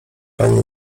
panie